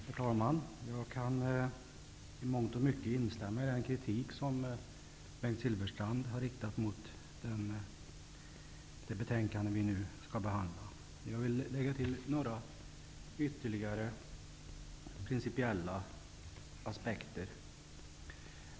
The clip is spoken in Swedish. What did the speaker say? Herr talman! Jag kan i mångt och mycket instämma i den kritik som Bengt Silfverstrand har riktat mot det betänkande vi nu skall behandla. Jag vill lägga till några principiella aspekter.